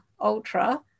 ultra